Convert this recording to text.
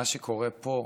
מה שקורה פה,